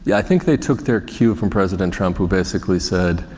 yeah i think they took their cue from president trump who basically said,